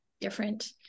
different